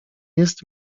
jest